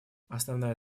основная